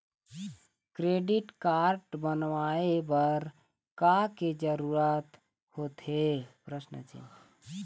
Credit card बनवाए बर का के जरूरत होते?